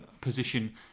position